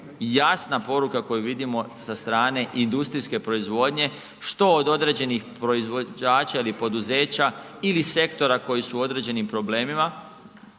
jasna poruka koju vidimo sa strane industrijske proizvodnje što od određenih proizvođača ili poduzeća ili sektora koji su u određenim problemima.